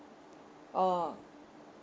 orh